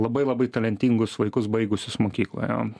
labai labai talentingus vaikus baigusius mokyklą jo